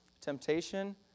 temptation